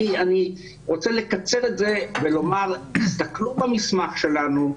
אני רוצה לקצר את דבריי ולומר שתסתכלו במסמך שלנו,